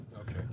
Okay